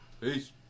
Peace